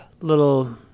little